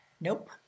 nope